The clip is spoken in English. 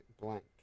blank